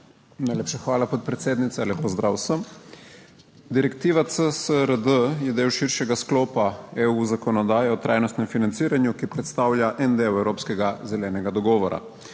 Najlepša hvala, podpredsednica. Lep pozdrav vsem! Direktiva CSRD je del širšega sklopa zakonodaje EU o trajnostnem financiranju, ki predstavlja en del Evropskega zelenega dogovora.